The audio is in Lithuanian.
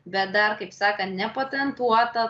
bet dar kaip sakant nepatentuota